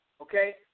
Okay